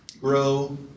grow